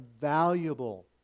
valuable